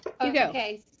Okay